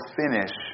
finish